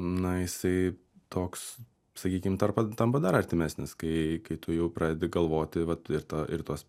na jisai toks sakykim tarpa tampa dar artimesnis kai kai tu jau pradedi galvoti vat ir ta ir tuos